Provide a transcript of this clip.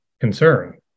concern